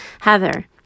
heather